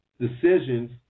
decisions